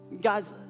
Guys